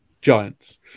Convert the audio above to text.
Giants